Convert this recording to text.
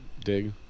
dig